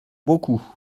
beaucoup